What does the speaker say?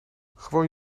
gewoon